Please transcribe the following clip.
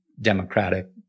democratic